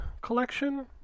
Collection